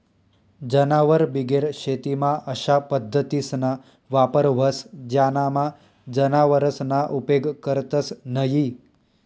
जनावरबिगेर शेतीमा अशा पद्धतीसना वापर व्हस ज्यानामा जनावरसना उपेग करतंस न्हयी